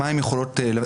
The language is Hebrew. יכולות,